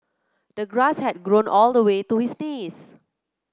the grass had grown all the way to his knees